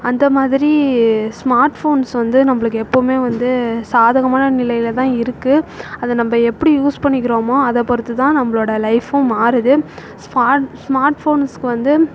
அந்த மாதிரி smart phones வந்து நம்பளுக்கு எப்போயுமே வந்து சாதகமான நிலையில தான் இருக்குது அதை நம்ப எப்படி யூஸ் பண்ணிக்கிறோமோ அதை பொறுத்துதான் நம்பளோட லைஃபும் மாறுது ஸ்மார்ட் ஸ்மார்ட் ஃபோன்ஸ்க்கு வந்து